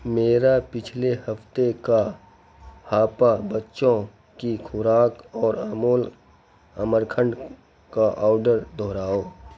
میرا پچھلے ہفتے کا ہاپا بچوں کی خوراک اور امول امرکھنڈ کا آڈر دہراؤ